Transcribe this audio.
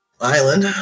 island